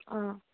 آ